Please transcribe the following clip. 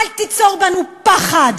אל תיצור בנו פחד,